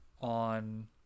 on